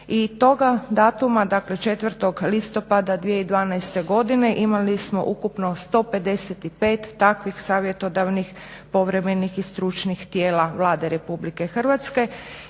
i toga datuma dakle 4.listopada 2012.godine imali smo ukupno 155 takvih savjetodavnih, povremenih i stručnih tijela Vlade RH i tom